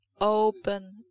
Open